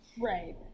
Right